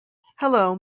hello